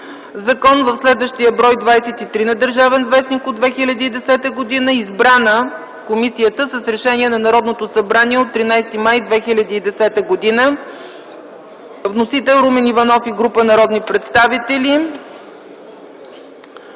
закон в следващия бр. 23 на „Държавен вестник” от 2010 г. Комисията е избрана с Решение на Народното събрание от 13 май 2010 г. Вносител – Румен Иванов и група народни представители;